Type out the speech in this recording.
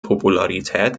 popularität